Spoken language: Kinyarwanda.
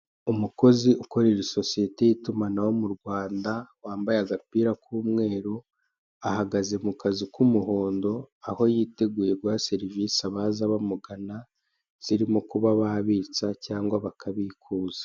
Umukozi ukorera isosiyeti y'itumanaho mu Rwanda wambaye agapira k'umweru ahakaze mu kazu k'umuhondo aho yiteguye guha serivise abaza bamugana zirimo kuba babitsa cyangwa bakabikuza.